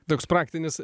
toks praktinis